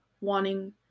wanting